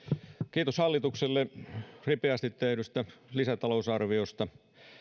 kiitos hallitukselle ripeästi tehdystä lisätalousarviosta